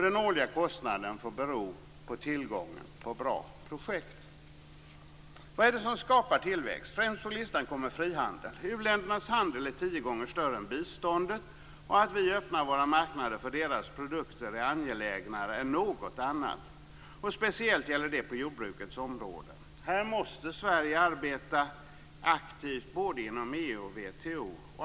Den årliga kostnaden får bero på tillgången på bra projekt. Vad är det som skapar tillväxt? Främst på listan kommer frihandel. U-ländernas handel är tio gånger större än biståndet. Att vi öppnar våra marknader för deras produkter är angelägnare än något annat. Speciellt gäller detta på jordbruksområdet. Här måste Sverige arbeta aktivt inom både EU och WTO.